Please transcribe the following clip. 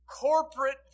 corporate